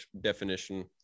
definition